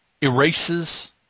erases